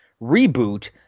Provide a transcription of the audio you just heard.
reboot